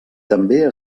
també